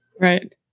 Right